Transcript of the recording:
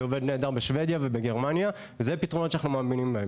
זה עובד נהדר בשבדיה ובגרמניה וזה פתרונות שאנחנו מאמינים בהם,